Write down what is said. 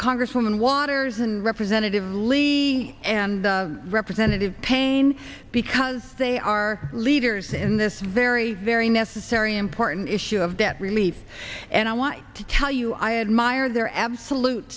congresswoman waters and representative lee and representative pain because they are leaders in this very very necessary important issue of debt relief and i want to tell you i admire their absolute